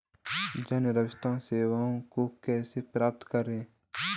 जन स्वास्थ्य सेवाओं को कैसे प्राप्त करें?